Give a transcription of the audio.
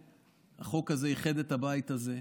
שהחוק הזה איחד את הבית הזה.